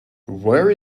where